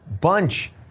bunch